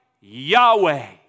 Yahweh